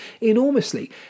enormously